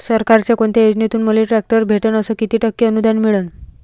सरकारच्या कोनत्या योजनेतून मले ट्रॅक्टर भेटन अस किती टक्के अनुदान मिळन?